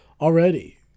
Already